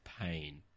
pain